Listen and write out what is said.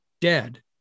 dead